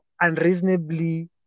unreasonably